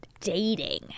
Dating